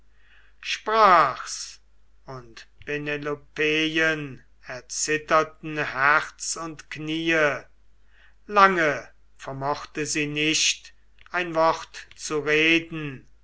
sprach's und penelopeien erzitterten herz und kniee lange vermochte sie nicht ein wort zu reden